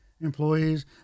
employees